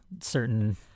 certain